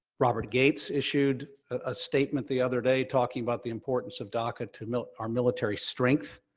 robert gates, issued a statement the other day talking about the importance of daca to our military strength,